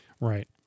right